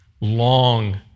long